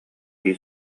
дии